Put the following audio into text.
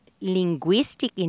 linguistic